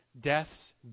death's